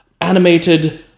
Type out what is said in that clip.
Animated